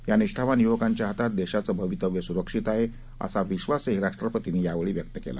या निष्ठावान युवकांच्या हातात देशाचं भवितव्य सुरक्षित आहे असा विश्वासही राष्ट्रपतींनी यावेळी व्यक्त केला